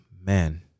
man